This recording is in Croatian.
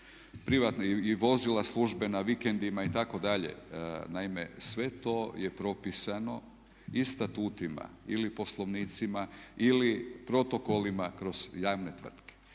privatne i vozila službena vikendima itd. Naime, sve to je propisano i statutima ili poslovnicima ili protokolima kroz javne tvrtke.